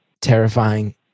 terrifying